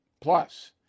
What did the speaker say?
Plus